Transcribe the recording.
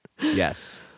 Yes